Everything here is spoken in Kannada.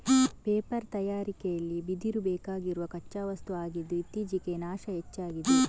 ಪೇಪರ್ ತಯಾರಿಕೆಲಿ ಬಿದಿರು ಬೇಕಾಗಿರುವ ಕಚ್ಚಾ ವಸ್ತು ಆಗಿದ್ದು ಇತ್ತೀಚೆಗೆ ನಾಶ ಹೆಚ್ಚಾಗಿದೆ